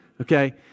Okay